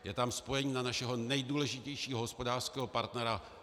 Je tam spojení na našeho nejdůležitějšího hospodářského partnera Bavorsko.